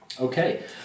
Okay